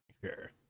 Sure